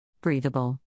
Breathable